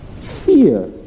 Fear